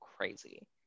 crazy